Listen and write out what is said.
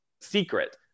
secret